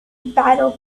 barrow